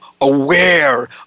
aware